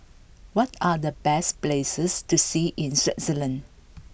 what are the best places to see in Swaziland